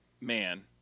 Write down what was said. man